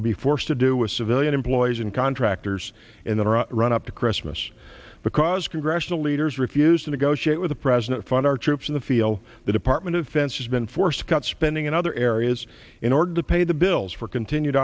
will be forced to do with civilian employees and contractors in the run up to christmas because congressional leaders refused to negotiate with the president fund our troops in the feel the department of defense has been forced to cut spending in other areas in order to pay the bills for continued